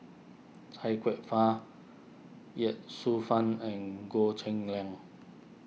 Chia Kwek Fah Ye Shufang and Goh Cheng Liang